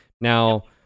Now